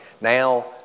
Now